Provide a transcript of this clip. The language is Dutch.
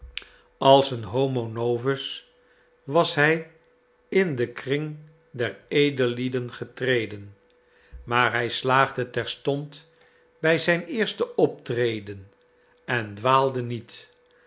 als een homo novus was hij in den kring der edellieden getreden maar hij slaagde terstond bij zijn eerste optreden en dwaalde niet